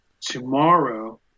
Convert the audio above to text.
tomorrow